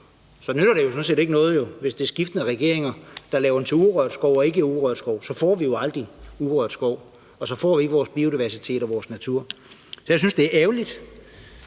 så nytter det sådan set ikke noget, hvis skiftende regeringer laver den først til urørt skov og så til ikkeurørt skov, for så får vi jo aldrig urørt skov, og så får vi ikke vores biodiversitet og vores natur. Så jeg synes, det er ærgerligt,